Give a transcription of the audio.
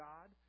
God